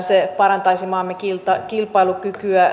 se parantaisi maamme kilpailukykyä